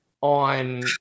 on